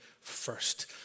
First